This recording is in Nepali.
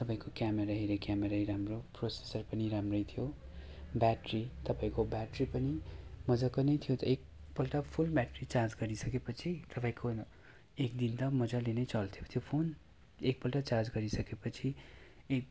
तपाईँको क्यामेरा हेऱ्यो क्यामेरै प्रोसेसर पनि राम्रै थियो ब्याट्री तपाईँको ब्याट्री पनि मजाको नै थियो एकपल्ट फुल ब्याट्री चार्ज गरिसकेपछि तपाईँको एकदिन त मजाले नै चल्थ्यो त्यो फोन एकपल्ट चार्ज गरिसकेपछि एक